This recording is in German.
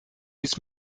bis